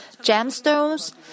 gemstones